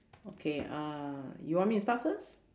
okay uh you want me to start first